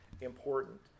important